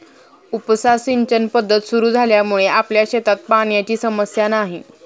उपसा सिंचन पद्धत सुरु झाल्यामुळे आपल्या शेतात पाण्याची समस्या नाही